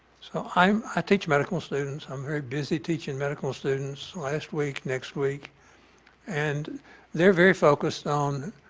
so i'm i teach medical students. i'm very busy teaching medical students last week, next week and they're very focused on